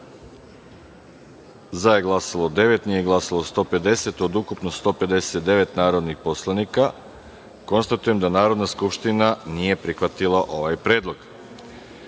za je glasalo sedam, nije glasalo 152 od ukupno 159 narodnih poslanika. Konstatujem da Narodna skupština nije prihvatila ovaj predlog. Narodni